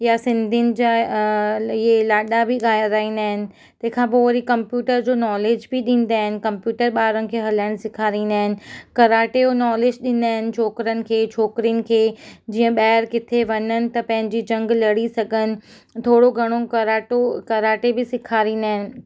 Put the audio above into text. या सिंधिनि जा इहे लाॾा बि ॻा ॻाईंदा आहिनि तंहिंखां पोइ वरी कंप्यूटर जो नॉलेज बि ॾींदा आहिनि कंप्यूटर ॿारनि खे हलाइणु सेखारींदा आहिनि कराटे जो नॉलेज ॾींदा आहिनि छोकिरनि खे छोकिरियुनि खे जीअं ॿाहिरि किथे वञनि त पंहिंजी जंगि लड़ी सघनि थोरो घणो कराटो कराटे बि सेखारींदा आहिनि